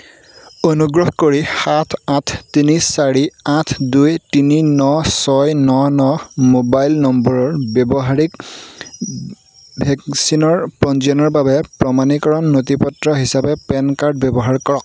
অনুগ্ৰহ কৰি সাত আঠ তিনি চাৰি আঠ দুই তিনি ন ছয় ন ন মোবাইল নম্বৰৰ ব্যৱহাৰীক ভেকচিনৰ পঞ্জীয়নৰ বাবে প্ৰমাণীকৰণ নথি পত্ৰ হিচাপে পেন কাৰ্ড ব্যৱহাৰ কৰক